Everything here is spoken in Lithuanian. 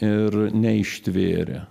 ir neištvėrė